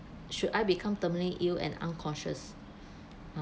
should I become terminally ill and unconscious